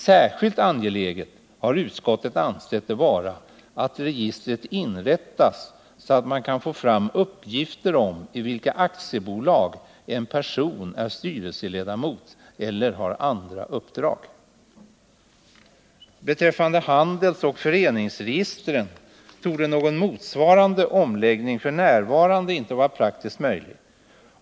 Särskilt angeläget har utskottet ansett det vara att registret inrättas, så att man kan få fram uppgifter om i vilka aktiebolag en person är styrelseledamot eller har andra uppdrag. Beträffande handelsoch föreningsregistren torde någon motsvarande omläggning f. n. inte vara praktiskt möjlig.